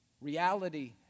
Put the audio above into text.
reality